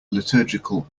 liturgical